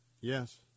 Yes